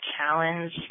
challenge